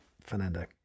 Fernando